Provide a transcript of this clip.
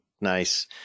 Nice